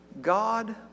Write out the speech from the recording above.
God